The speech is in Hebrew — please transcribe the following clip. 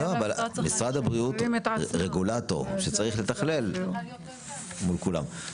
משרד הבריאות רגולטור שצריך לתכלל מול כולם.